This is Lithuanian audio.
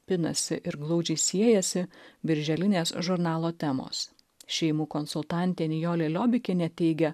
pinasi ir glaudžiai siejasi birželinės žurnalo temos šeimų konsultantė nijolė liobikienė teigia